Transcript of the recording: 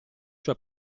sue